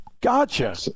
Gotcha